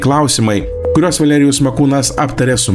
klausimai kurios valerijus makūnas aptarė su